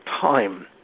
time